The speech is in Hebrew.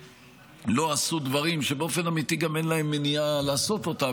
לא עשו דברים שבאופן אמיתי גם אין להם מניעה לעשות אותם.